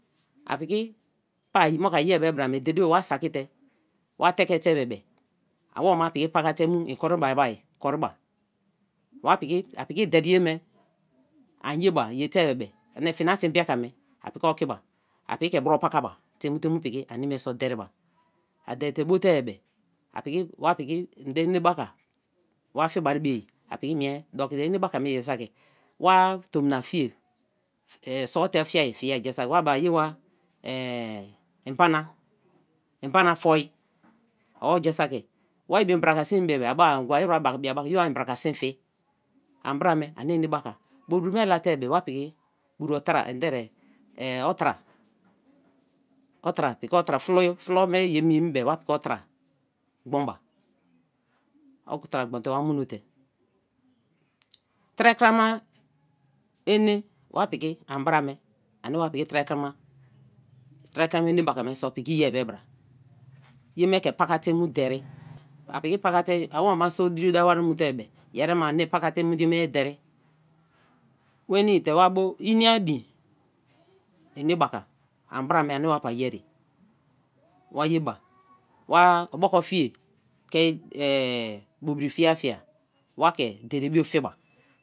A piki pa moku a ye be bra me; dede bio a saki te, wa te ke te be be; a woma piki pakate mu en kro bai bai kori ba; wa piki, a pi ki dere ye me, an ye ba, ai ye te bi be, ani fina te mbraka me, a piki okiba piki ke bro pakaba te mu te mu ani so dereba, a derete bo te-e be, a piki, wa piki eneba-ka wa fi bari be-e a piki mie doki bai, enebaka me ja-saki wa tomna fie, sorte fiea fie-a, ja saki wa be-e ye wa mbana foi or ja saki wai bio mbraka sin enii be, a be-a ngwa iru bia bakam ye wa mbrake sin fi, an bra me ani ene baka, bobiri me la te, wa piki buruo tra otra, otra, piki otra, flo, flo me emi be-e wa piki otra gbon ba, otra gbon te wa mo-note; terei kruma ene wa piki an bra me, ani wa piki terei krama, terei krama enebaka me so piki ye-a bei bra, ye me ke paka te mu derei, a piki pakate, awome so diri dawo wari mu te-i be, yerima ani paka te mu ye me derei nwenii te wa bo ini-a din ene-baka ai bra me ani wa pa ye-e, wa ye ba, wa oboko fie ke bobiri fie-fie wa ke dedebto fie ba.